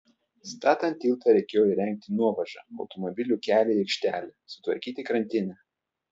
statant tiltą reikėjo įrengti nuovažą automobilių kelią į aikštelę sutvarkyti krantinę